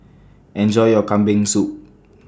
Enjoy your Kambing Soup